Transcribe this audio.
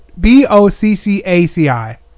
B-O-C-C-A-C-I